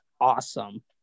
awesome